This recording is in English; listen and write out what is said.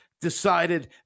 decided